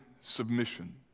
submission